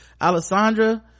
alessandra